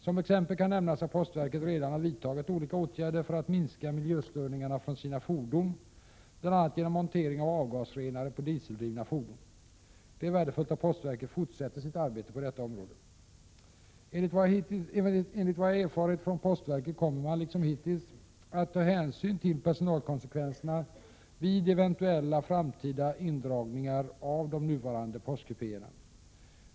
Som exempel kan nämnas att postverket redan har vidtagit olika åtgärder för att minska miljöstörningarna från sina fordon bl.a. genom montering av avgasrenare på dieseldrivna fordon. Det är värdefullt att postverket fortsätter sitt arbete på detta område. Enligt vad jag har erfarit från postverket kommer man, liksom hittills, att ta hänsyn till personalkonsekvenserna vid eventuella framtida indragningar 89 av de nuvarande postkupéerna.